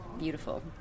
Beautiful